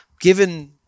given